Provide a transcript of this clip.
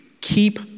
Keep